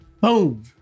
Boom